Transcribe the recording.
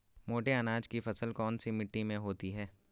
मोटे अनाज की फसल कौन सी मिट्टी में होती है?